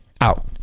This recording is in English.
out